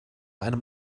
einem